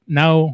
now